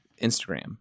Instagram